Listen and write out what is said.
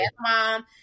mom